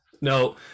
No